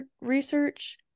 research